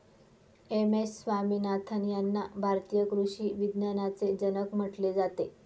M S Swaminathan यांना भारतीय कृषी विज्ञानाचे जनक म्हटले जाते